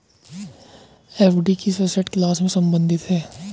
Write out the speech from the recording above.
FD किस asset class से संबंधित है?